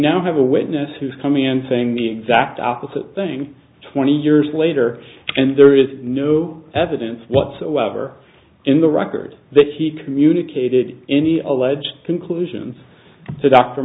now have a witness who's coming and saying the exact opposite thing twenty years later and there is no evidence whatsoever in the record that he communicated any alleged conclusions to